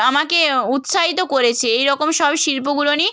আমাকে উৎসাহিত করেছে এই রকম সব শিল্পগুলো নিয়ে